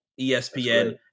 espn